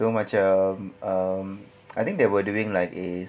so macam um I think they were doing like is